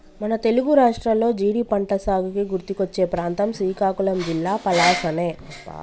మన తెలుగు రాష్ట్రాల్లో జీడి పంటసాగుకి గుర్తుకొచ్చే ప్రాంతం శ్రీకాకుళం జిల్లా పలాసనే